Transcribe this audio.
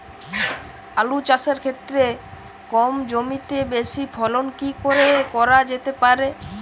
আলু চাষের ক্ষেত্রে কম জমিতে বেশি ফলন কি করে করা যেতে পারে?